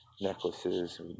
necklaces